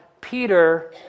Peter